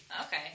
Okay